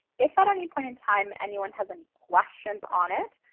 if at any point and time anyone has any questions on it,